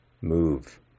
move